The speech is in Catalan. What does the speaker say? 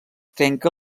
trenca